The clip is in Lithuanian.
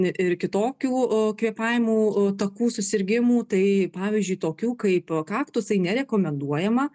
ir kitokių kvėpavimo takų susirgimų tai pavyzdžiui tokių kaip kaktusai nerekomenduojama